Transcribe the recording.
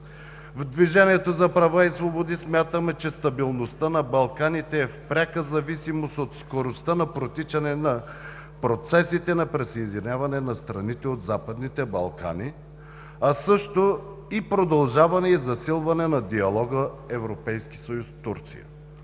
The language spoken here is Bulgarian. В „Движението за права и свободи“ смятаме, че стабилността на Балканите е в пряка зависимост от скоростта на протичане на процесите на присъединяване на страните от Западните Балкани, а също и продължаване и засилване на диалога Европейски съюз – Турция.